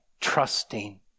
trusting